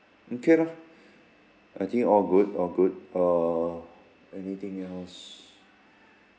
okay lah I think all good all good err anything else